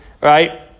right